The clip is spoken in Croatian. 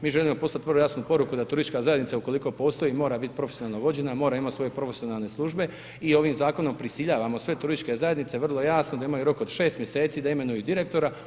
Mi želimo poslati vrlo jasnu poruku, da turistička zajednica, ukoliko postoji mora biti profesionalno vođena, mora imati svoje profesionalne službe i ovim zakonom prisiljavamo sve turističke zajednice vrlo jasno, da imaju rok od 6 mjeseci da imenuju direktora.